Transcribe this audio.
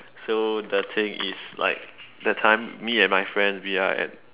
so the thing is like that time me and my friend we are at